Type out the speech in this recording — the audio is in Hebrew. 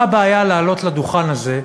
מה הבעיה לעלות לדוכן הזה,